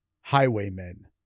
highwaymen